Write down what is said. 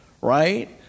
Right